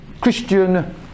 Christian